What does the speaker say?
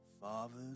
fathers